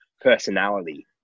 personality